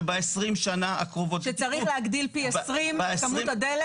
שב-20 שנה הקרובות --- שצריך להגדיל פי-20 את כמות הדלק,